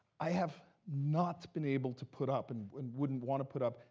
i have not been able to put up, and wouldn't want to put up,